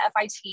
FIT